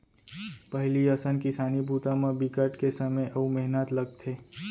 पहिली असन किसानी बूता म बिकट के समे अउ मेहनत लगथे